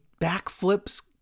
backflips